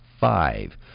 five